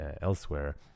elsewhere